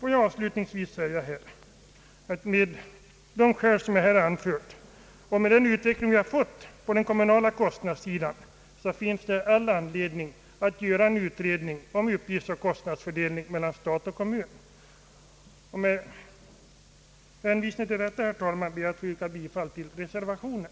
Låt mig avslutningsvis säga att av de skäl som här anförts och med den utveckling som vi har fått på den kommunala kostnadssidan finns det all anledning att göra en utredning om uppgiftsoch kostnadsfördelningen mellan stat och kommun. Med hänvisning till detta, herr talman, ber jag att få yrka bifall till reservationen.